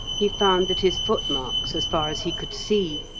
he found that his footmarks, as far as he could see,